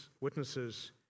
witnesses